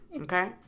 okay